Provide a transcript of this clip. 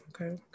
okay